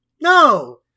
No